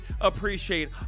appreciate